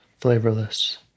flavorless